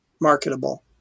marketable